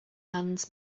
hands